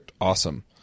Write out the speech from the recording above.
Awesome